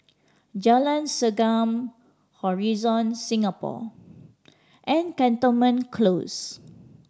Jalan Segam Horizon Singapore and Cantonment Close